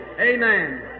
Amen